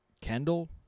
kendall